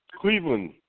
Cleveland